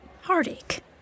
heartache